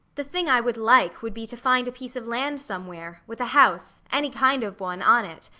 the thing i would like would be to find a piece of land somewhere, with a house, any kind of one on it,